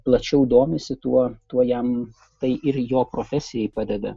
plačiau domisi tuo tuo jam tai ir jo profesijai padeda